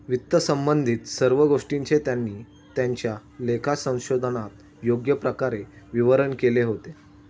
वित्तसंबंधित सर्व गोष्टींचे त्यांनी त्यांच्या लेखा संशोधनात योग्य प्रकारे विवरण केले होते